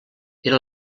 era